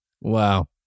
Wow